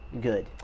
good